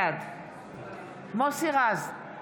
בעד מוסי רז,